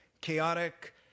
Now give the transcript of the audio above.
chaotic